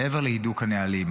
מעבר להידוק הנהלים,